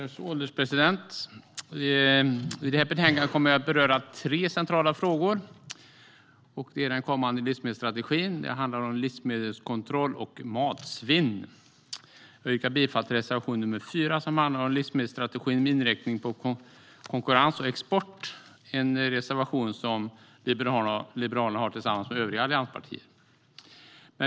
Herr ålderspresident! I debatten om det här betänkandet kommer jag att beröra tre centrala frågor. Det är den kommande livsmedelsstrategin, livsmedelskontroll och matsvinn. Jag yrkar bifall till reservation 4, om livsmedelsstrategin med inriktning på konkurrens och export. Det är en reservation som Liberalerna har tillsammans med övriga allianspartier.